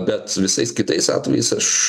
bet visais kitais atvejais aš